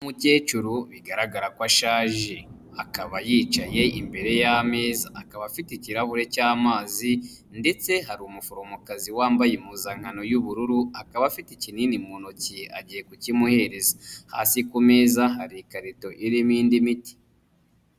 Umukecuru bigaragara ko ashaje akaba yicaye imbere y'ameza akaba afite ikirahureri cy'amazi ndetse hari umuforomokazi wambaye impuzankano y'ubururu akaba afite ikinini mu ntoki agiye kukimuhereza, hasi ku meza hari ikarito irimo indi miti.